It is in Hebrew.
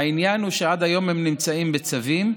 העניין הוא שעד היום הם נמצאים בצווים,